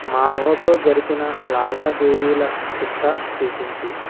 మాధవతో జరిపిన లావాదేవీల చిట్టా చూపించుము